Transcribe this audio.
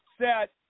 set